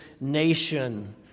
nation